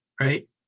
right